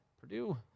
Purdue